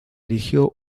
erigió